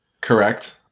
Correct